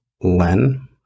Len